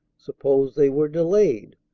suppose they were delayed,